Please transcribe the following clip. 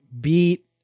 beat